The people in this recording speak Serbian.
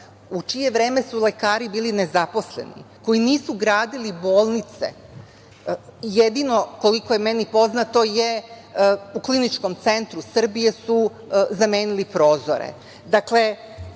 u čije vreme su lekari bili nezaposleni, koji nisu gradili bolnice, jedino, koliko je meni poznato, je u da su u Kliničkom centru Srbije zamenili prozore.